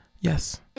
Yes